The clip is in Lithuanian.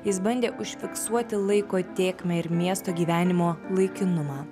jis bandė užfiksuoti laiko tėkmę ir miesto gyvenimo laikinumą